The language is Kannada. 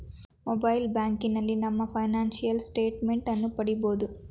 ಮೊಬೈಲ್ ಬ್ಯಾಂಕಿನಲ್ಲಿ ನಮ್ಮ ಫೈನಾನ್ಸಿಯಲ್ ಸ್ಟೇಟ್ ಮೆಂಟ್ ಅನ್ನು ಪಡಿಬೋದು